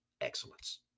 excellence